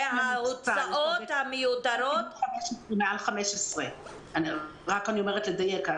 וההוצאות המיותרות ------ קיבלו מעל 15,000. אני אומרת כדי לדייק,